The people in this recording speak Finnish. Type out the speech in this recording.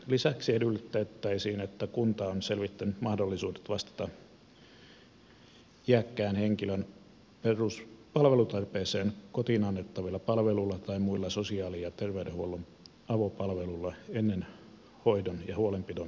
lisäksi edellytettäisiin että kunta on selvittänyt mahdollisuudet vastata iäkkään henkilön palvelutarpeeseen kotiin annettavilla palveluilla tai muilla sosiaali ja terveydenhuollon avopalveluilla ennen hoidon ja huolenpidon toteuttamista pitkäaikaisena laitoshoitona